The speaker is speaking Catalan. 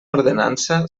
ordenança